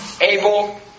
Abel